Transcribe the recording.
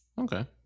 okay